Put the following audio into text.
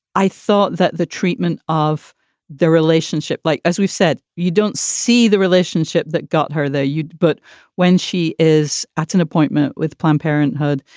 i thought that the treatment of the relationship, like as we've said, you don't see the relationship that got her the. but when she is at an appointment with planned parenthood,